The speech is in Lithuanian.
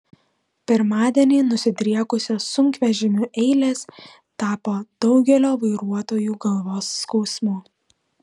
pirmadienį nusidriekusios sunkvežimių eilės tapo daugelio vairuotojų galvos skausmu